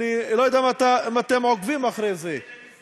אני לא יודע אם אתם עוקבים אחרי זה,